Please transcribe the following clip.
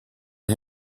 and